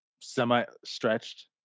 semi-stretched